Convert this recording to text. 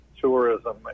tourism